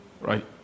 Right